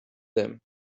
them